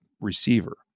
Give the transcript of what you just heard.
receiver